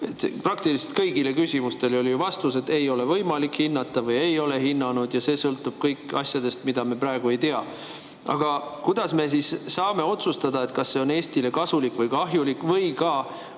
Praktiliselt kõigile küsimustele oli vastus, et ei ole võimalik hinnata või ei ole hinnanud ja see sõltub kõik asjadest, mida me praegu ei tea. Aga kuidas me saame otsustada, kas see on Eestile kasulik või kahjulik või ka